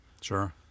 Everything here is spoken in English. Sure